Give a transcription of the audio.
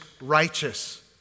righteous